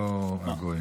לא גויים.